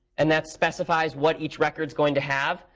and that specifies what each record is going to have,